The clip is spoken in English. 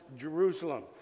Jerusalem